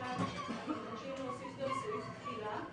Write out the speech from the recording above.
להוסיף סעיף תחילה,